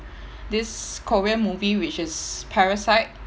this korean movie which is parasite